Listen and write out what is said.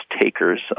takers